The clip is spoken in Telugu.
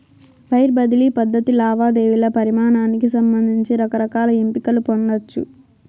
వైర్ బదిలీ పద్ధతి లావాదేవీల పరిమానానికి సంబంధించి రకరకాల ఎంపికలు పొందచ్చు